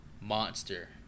monster